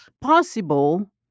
possible